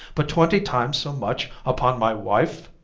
but twenty times so much upon my wife.